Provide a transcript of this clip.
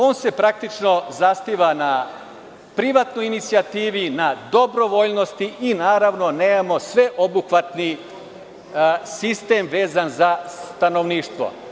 On se praktično zasniva na privatnoj inicijativi, na dobrovoljnosti i naravno nemamo sve obuhvatni sistem, vezan za stanovništvo.